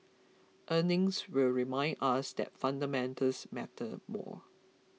earnings will remind us that fundamentals matter more